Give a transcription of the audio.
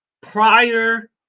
Prior